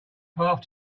path